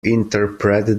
interpret